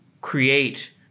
create